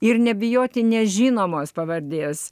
ir nebijoti nežinomos pavardės